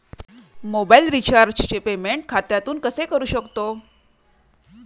Mobile रिचार्जचे payment खात्यातून कसे करू शकतो?